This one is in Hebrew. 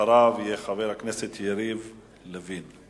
ואחריו יהיה חבר הכנסת יריב לוין.